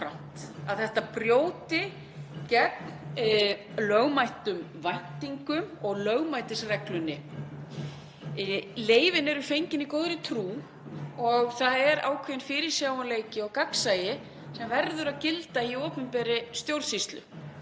að þetta brjóti gegn lögmætum væntingum og lögmætisreglunni. Leyfin eru fengin í góðri trú og það er ákveðinn fyrirsjáanleiki og gagnsæi sem verður að gilda í opinberri stjórnsýslu,